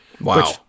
Wow